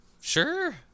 sure